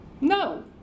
No